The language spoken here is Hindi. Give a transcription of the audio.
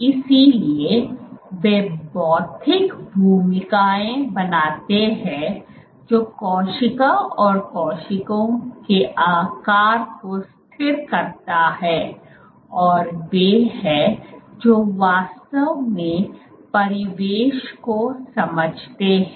इसलिए वे भौतिक भूमिका बनाते हैं जो कोशिका और कोशिका के आकार को स्थिर करता है और वे हैं जो वास्तव में परिवेश को समझते हैं